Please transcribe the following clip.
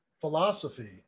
philosophy